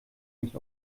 nicht